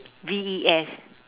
V E S